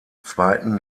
zweiten